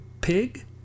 Pig